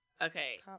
Okay